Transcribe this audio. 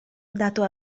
dato